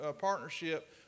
partnership